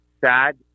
sad